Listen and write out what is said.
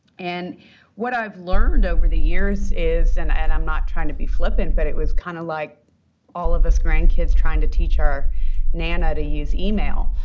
and what i've learned over the years is and and i'm not trying to be flippant, but it was kind of like all of us grandkids trying to teach our nana to use email,